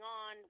on